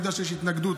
אני יודע שיש התנגדות,